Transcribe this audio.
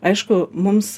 aišku mums